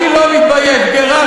אתה מעז להגיד שגירשנו?